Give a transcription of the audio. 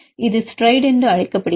இது ஸ்ரைடு என்று அழைக்கப்படுகிறது